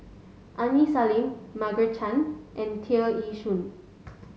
Aini Salim Margaret Chan and Tear Ee Soon